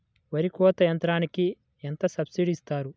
వరి కోత యంత్రంకి ఎంత సబ్సిడీ ఇస్తారు?